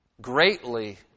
greatly